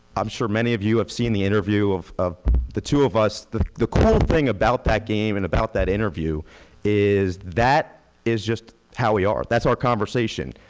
i'm sure many of you have seen the interview of of the two of us. the the cool thing about that game and about that interview is that is just how we are, that's our conversation.